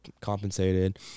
compensated